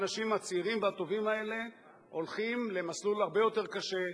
האנשים הצעירים והטובים הולכים למסלול הרבה יותר קשה,